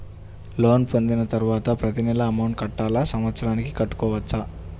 Loan పొందిన తరువాత ప్రతి నెల అమౌంట్ కట్టాలా? సంవత్సరానికి కట్టుకోవచ్చా?